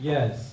Yes